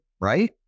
right